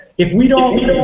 if we don't